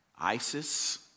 ISIS